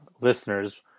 listeners